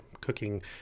cooking